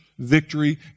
victory